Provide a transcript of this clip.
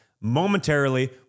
momentarily